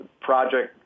project